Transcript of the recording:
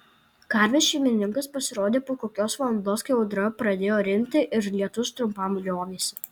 karvės šeimininkas pasirodė po kokios valandos kai audra pradėjo rimti ir lietus trumpam liovėsi